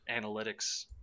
analytics